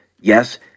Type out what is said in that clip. Yes